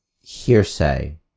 hearsay